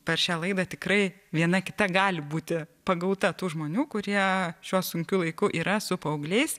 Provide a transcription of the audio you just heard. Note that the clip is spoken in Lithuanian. per šią laidą tikrai viena kita gali būti pagauta tų žmonių kurie šiuo sunkiu laiku yra su paaugliais